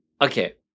Okay